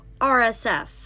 RSF